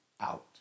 out